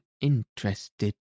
interested